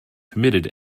permitted